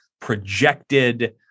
projected